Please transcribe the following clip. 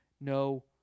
no